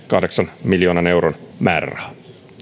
kahdeksan miljoonan euron määräraha